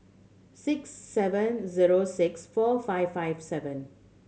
six seven zero six four five five seven